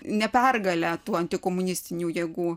ne pergale tų antikomunistinių jėgų